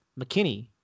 McKinney